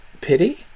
pity